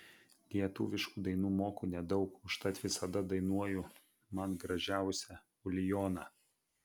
lietuviškų dainų moku nedaug užtat visada dainuoju man gražiausią ulijoną